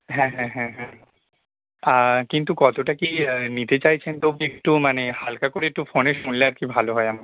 হ্যাঁ হ্যাঁ হ্যাঁ হ্যাঁ কিন্তু কতটা কী নিতে চাইছেন একটু মানে হালকা করে একটু ফোনে শুনলে আর কি ভালো হয় আমার